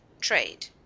trade